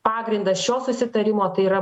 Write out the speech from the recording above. pagrindas šio susitarimo tai yra